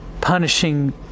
punishing